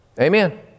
Amen